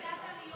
ידעת להיות